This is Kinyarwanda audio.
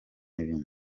ibindi